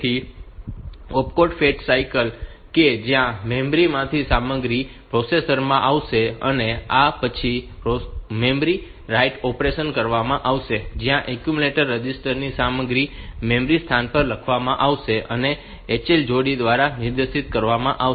તેથી opcode fetch cycle કે જ્યાં મેમરી માંથી સામગ્રી પ્રોસેસર માં આવશે અને આ પછી મેમરી રાઈટ ઑપરેશન કરવામાં આવશે જ્યાં એક્યુમ્યુલેટર રજિસ્ટરની સામગ્રી મેમરી સ્થાન પર લખવામાં આવશે જે HL જોડી દ્વારા નિર્દેશિત કરવામાં આવશે